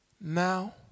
now